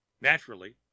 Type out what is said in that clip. Naturally